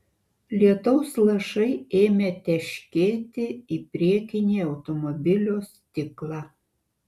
lietaus lašai ėmė teškėti į priekinį automobilio stiklą